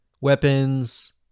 Weapons